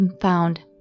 found